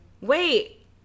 Wait